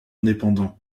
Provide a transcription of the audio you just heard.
indépendants